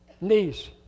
niece